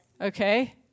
Okay